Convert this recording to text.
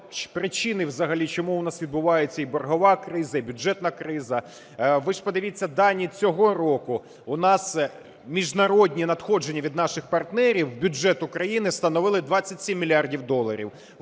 взагалі, чому в нас відбувається і боргова криза, і бюджетна криза. Ви ж подивіться дані цього року. У нас міжнародні надходження від наших партнерів у бюджет України становили 27 мільярдів доларів,